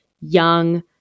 young